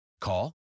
Call